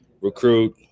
Recruit